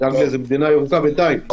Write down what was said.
אנגליה היא מדינה ירוקה בינתיים,